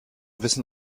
wissen